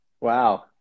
Wow